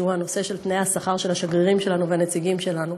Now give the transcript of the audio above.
שהוא הנושא של תנאי השכר של השגרירים שלנו והנציגים שלנו,